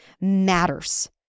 matters